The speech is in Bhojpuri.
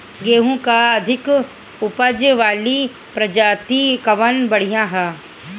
गेहूँ क अधिक ऊपज वाली प्रजाति कवन बढ़ियां ह?